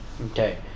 Okay